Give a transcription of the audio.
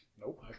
Nope